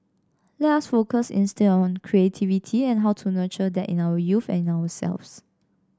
let us focus instead on creativity and how to nurture that in our youth and in ourselves